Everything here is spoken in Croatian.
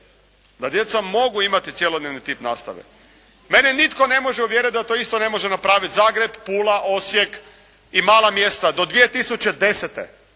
da djeca mogu imati cjelodnevni tip nastave mene nitko ne može uvjeriti da to isto ne može napraviti Zagreb, Pula, Osijek i mala mjesta do 2010.